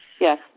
Yes